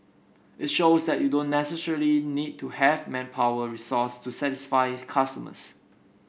it shows that you don't necessarily need to have manpower resource to satisfy customers